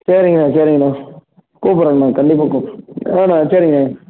சரிங்கண்ணா சரிங்கண்ணா கூப்புடுறங்கண்ணா கண்டிப்பாக கூப்புடுறங் ஆண்ணா சரிங்க